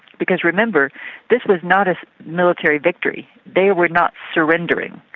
because remember this was not a military victory. they were not surrendering,